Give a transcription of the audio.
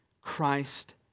Christ